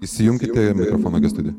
įsijunkite mikrofoną kęstuti